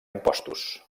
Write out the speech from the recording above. impostos